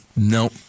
No